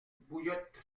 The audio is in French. bouillotte